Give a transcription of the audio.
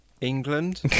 England